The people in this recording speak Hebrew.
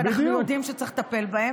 ואנחנו יודעים שצריך לטפל בהם.